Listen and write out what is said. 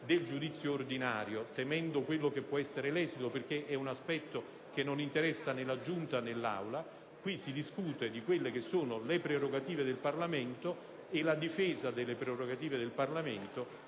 del giudizio ordinario, temendo quello che può essere l'esito, perché è un aspetto che non interessa né la Giunta né l'Assemblea. Qui si discute di quelle che sono le prerogative del Parlamento e la loro difesa, che in questo